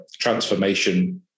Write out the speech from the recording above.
transformation